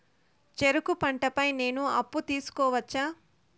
చెరుకు పంట పై నేను అప్పు తీసుకోవచ్చా?